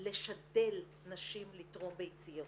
לשדל נשים לתרום ביציות.